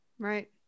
Right